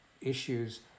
issues